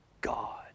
God